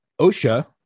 OSHA